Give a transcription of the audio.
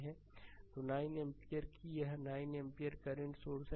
slide समय देखें 1646 तो 9 एम्पीयर यह 9 एम्पीयर करंट सोर्स है